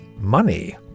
money